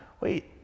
Wait